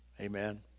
Amen